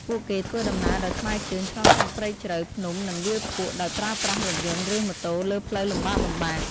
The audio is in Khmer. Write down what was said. ពួកគេធ្វើដំណើរដោយថ្មើរជើងឆ្លងកាត់ព្រៃជ្រៅ ភ្នំ និងវាលភក់ ដោយប្រើប្រាស់រថយន្ត ឬម៉ូតូលើផ្លូវលំបាកៗ។